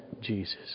Jesus